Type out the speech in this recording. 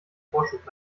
vorschub